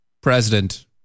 President